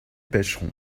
pêcheront